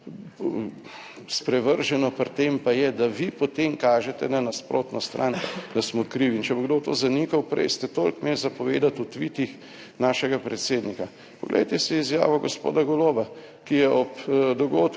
sprevrženo pri tem pa je, da vi potem kažete na nasprotno stran, da smo krivi in če bo kdo to zanikal, prej ste toliko imeli za povedati o tvitih našega predsednika. Poglejte si izjavo gospoda Goloba, ki je ob dogodku,